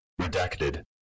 Redacted